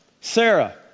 Sarah